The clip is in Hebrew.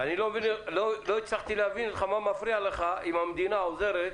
לא הצלחתי להבין ממך, מה מפריע לך אם המדינה עוזרת